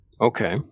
Okay